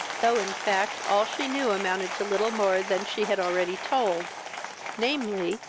though, in fact, all she knew amounted to little more than she had already told namely,